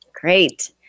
Great